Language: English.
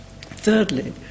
Thirdly